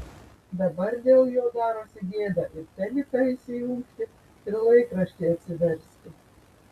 dabar dėl jo darosi gėda ir teliką įsijungti ir laikraštį atsiversti